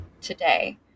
today